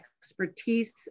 expertise